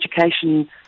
education